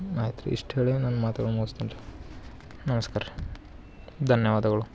ಆಯ್ತು ರೀ ಇಷ್ಟು ಹೇಳಿ ನನ್ನ ಮಾತುಗಳು ಮುಗುಸ್ತೀನಿ ರೀ ನಮಸ್ಕಾರ ರೀ ಧನ್ಯವಾದಗಳು